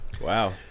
Wow